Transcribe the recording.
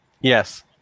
Yes